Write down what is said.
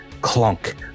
clunk